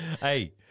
Hey